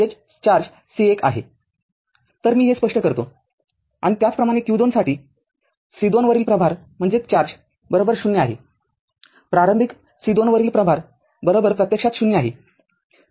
तरमी हे स्पष्ट करतो आणि त्याचप्रमाणे q२ साठी C२वरील प्रभार ० आहे प्रारंभिक C२ वरील प्रभारप्रत्यक्षात ० आहे